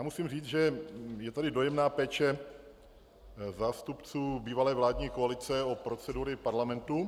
Musím říct, že je tady dojemná péče zástupců bývalé vládní koalice o procedury parlamentu.